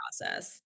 process